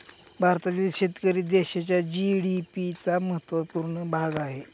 भारतातील शेतकरी देशाच्या जी.डी.पी चा महत्वपूर्ण भाग आहे